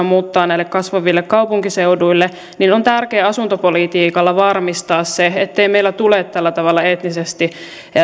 muuttaa näille kasvaville kaupunkiseuduille on tärkeää asuntopolitiikalla varmistaa se ettei meillä tule tällä tavalla etnisesti